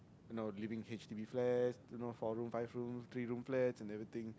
now living h_d_b flats you know four room five room three room flats and everything